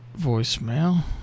voicemail